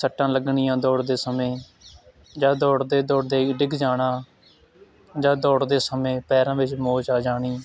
ਸੱਟਾਂ ਲੱਗਣੀਆਂ ਦੌੜਦੇ ਸਮੇਂ ਜਾਂ ਦੌੜਦੇ ਦੌੜਦੇ ਹੀ ਡਿੱਗ ਜਾਣਾ ਜਾਂ ਦੌੜਦੇ ਸਮੇਂ ਪੈਰਾਂ ਵਿੱਚ ਮੋਚ ਆ ਜਾਣੀ